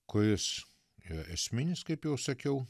kuris yra esminis kaip jau sakiau